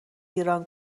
ایران